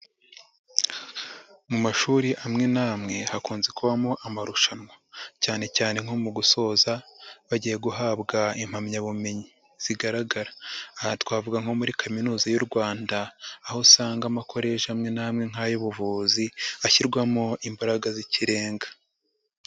Mu mashuri amwe n'amwe hakunze kubamo amarushanwa, cyanecyane nko mu gusoza bagiye guhabwa impamyabumenyi zigaragara, aha twavuga nko muri kaminuza y'u rwanda aho usanga amakoresha amwe n'amwe nk'ay'ubuvuzi ashyirwamo imbaraga z'ikirenga.